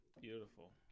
beautiful